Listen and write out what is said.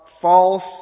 false